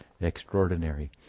extraordinary